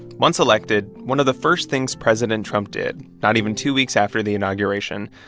once elected, one of the first things president trump did, not even two weeks after the inauguration,